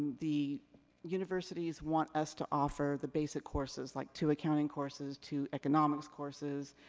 the universities want us to offer the basic courses, like two accounting courses, two economics courses.